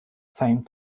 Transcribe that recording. same